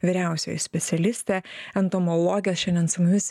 vyriausioji specialistė entomologė šiandien su mumis